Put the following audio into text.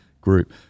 group